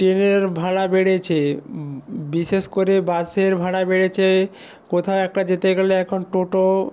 ট্রেনের ভাড়া বেড়েছে বিশেষ করে বাসের ভাড়া বেড়েছে কোথাও একটা যেতে গেলে এখন টোটো